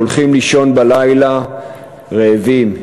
שהולכים לישון בלילה רעבים,